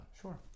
Sure